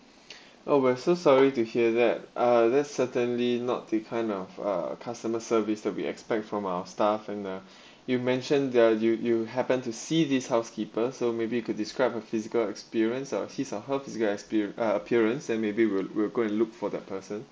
oh we are sorry to hear that uh that's certainly not the kind of uh customer service that we expect from our staff and uh you mentioned th~ uh you you happen to see this housekeeper so maybe you could describe her physical experience or his or her physical experience uh appearance then maybe we'll we'll go and look for the person